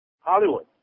Hollywood